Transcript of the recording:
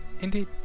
Indeed